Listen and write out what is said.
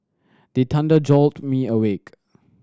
the thunder jolt me awake